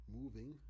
moving